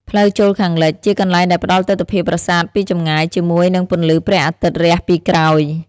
ផ្លូវចូលខាងលិច: ជាកន្លែងដែលផ្តល់ទិដ្ឋភាពប្រាសាទពីចម្ងាយ ជាមួយនឹងពន្លឺព្រះអាទិត្យរះពីក្រោយ។